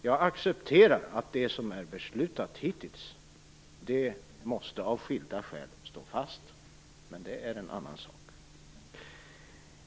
Jag accepterar att det som är beslutat hittills måste stå fast av skilda skäl, men det är en annan sak. Vi skall alltså inte beställa delserie 3.